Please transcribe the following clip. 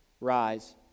Rise